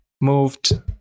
moved